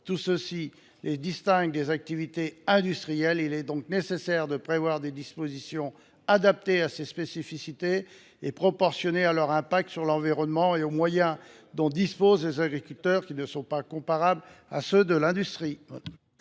Tout cela les distingue des activités industrielles. Il est donc nécessaire de prévoir des dispositions adaptées à ces spécificités, et proportionnées à l’impact sur l’environnement de ces exploitations et aux moyens dont disposent les agriculteurs, qui ne sont pas comparables à ceux de l’industrie.